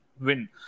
win